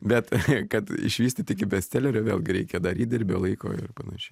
bet kad išvystyti iki bestselerio vėlgi reikia dar įdirbio laiko ir panašiai